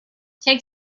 take